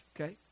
okay